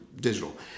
digital